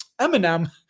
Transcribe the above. Eminem